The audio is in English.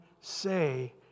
say